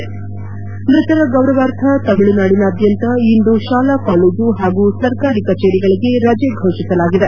ಅವರ ಗೌರವಾರ್ಥ ತಮಿಳುನಾಡಿನಾದ್ಯಂತ ಇಂದು ಶಾಲಾ ಕಾಲೇಜು ಹಾಗೂ ಸರ್ಕಾರಿ ಕಚೇರಿಗಳಿಗೆ ರಜೆ ಘೋಷಿಸಲಾಗಿದೆ